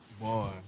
boy